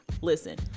listen